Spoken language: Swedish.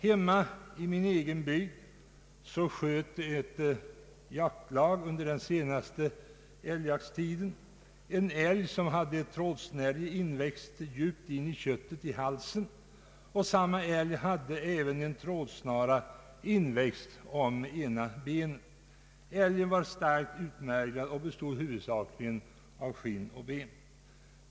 Hemma i min egen bygd sköt ett jaktlag under den senaste älgjakten en älg som hade ett trådsnärje inväxt djupt i köttet i halsen, och samma älg hade även en trådsnara inväxt i det ena benet. Älgen var starkt utmärglad och bestod huvudsakligen av skinn och ben.